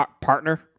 partner